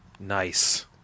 Nice